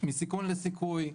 מסיכון לסיכוי,